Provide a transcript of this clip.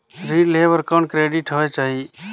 ऋण लेहे बर कौन क्रेडिट होयक चाही?